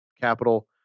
capital